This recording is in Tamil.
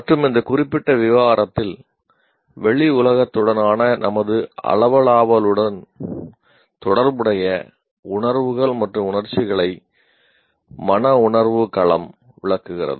மற்றும் இந்த குறிப்பிட்ட விவகாரத்தில் வெளி உலகத்துடனான நமது அளவளாவுதலுடன் தொடர்புடைய உணர்வுகள் மற்றும் உணர்ச்சிகளை மனவுணர்வு களம் விளக்குகிறது